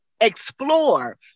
explore